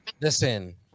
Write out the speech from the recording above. Listen